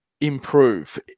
improve